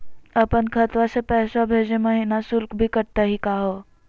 अपन खतवा से पैसवा भेजै महिना शुल्क भी कटतही का हो?